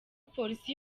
polisi